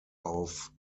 auf